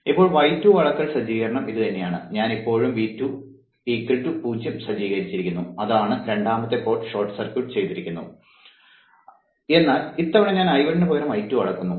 ഇപ്പോൾ y21 അളക്കൽ സജ്ജീകരണം ഇത് തന്നെയാണ് ഞാൻ ഇപ്പോഴും V2 0 സജ്ജീകരിച്ചിരിക്കുന്നു അതാണ് രണ്ടാമത്തെ പോർട്ട് ഷോർട്ട് സർക്യൂട്ട് ചെയ്തിരിക്കുന്നു എന്നാൽ ഇത്തവണ ഞാൻ I1 ന് പകരം I2 അളക്കുന്നു